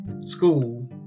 school